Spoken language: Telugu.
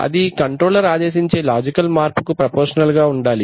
అది కంట్రోలర్ ఆదేశించే లాజికల్ మార్పు కు ప్రపోర్షనల్ గా ఉండాలి